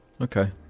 Okay